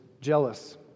Jealous